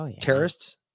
terrorists